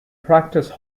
practice